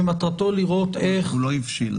שמטרתו לראות איך --- הוא לא הבשיל,